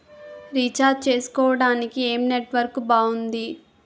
Recharge చేసుకోవటానికి ఏం network బాగుంది?